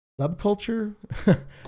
subculture